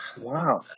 Wow